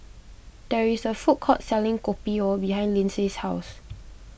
there is a food court selling Kopi O behind Lindsey's house